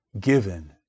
given